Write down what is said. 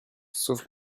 sauf